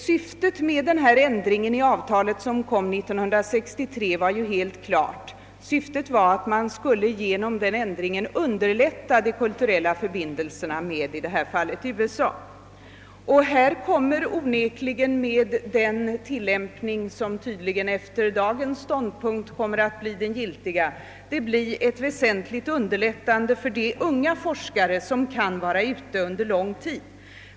Syftet med den ändring i avtalet som infördes 1963 var helt klart: den gick ut på att man skulle underlätta de kulturella förbindelserna med i detta fall USA. Här kommer det onekligen — med den tillämpning som tydligen efter dagens ståndpunkt kommer att bli den giltiga — att bli ett väsentligt underlättande för de unga forskare som kan vara ute en lång tid.